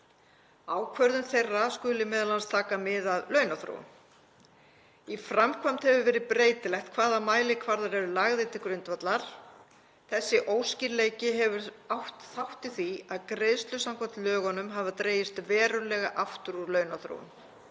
Ákvörðun þeirra skuli m.a. taka mið af launaþróun. Í framkvæmd hefur verið breytilegt hvaða mælikvarðar eru lagðir til grundvallar. Þessi óskýrleiki hefur átt þátt í því að greiðslur samkvæmt lögunum hafa dregist verulega aftur úr launaþróun.